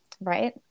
right